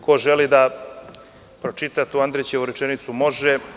Ko želi da pročita tu Andrićevu rečenicu, može.